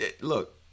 Look